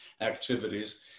activities